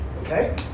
Okay